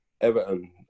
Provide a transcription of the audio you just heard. Everton